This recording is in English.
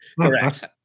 Correct